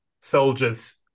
soldier's